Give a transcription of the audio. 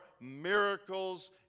miracles